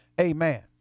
Amen